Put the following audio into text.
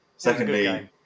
Secondly